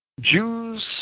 Jews